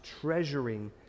treasuring